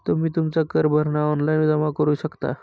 तुम्ही तुमचा कर भरणा ऑनलाइन जमा करू शकता